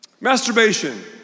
Masturbation